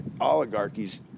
oligarchies